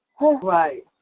Right